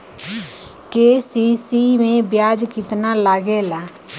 KCC में ब्याज कितना लागेला?